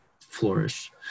flourish